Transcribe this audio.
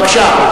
בבקשה.